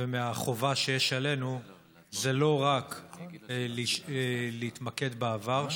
ומהחובה שיש עלינו זה לא רק להתמקד בעבר,